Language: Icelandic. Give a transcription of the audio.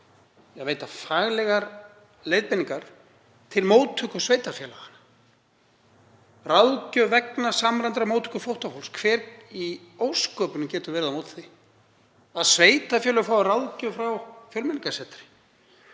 veita faglegar leiðbeiningar til móttöku sveitarfélaga, ráðgjöf vegna samræmdrar móttöku flóttafólks. Hver í ósköpunum getur verið á móti því að sveitarfélög fái ráðgjöf frá Fjölmenningarsetri?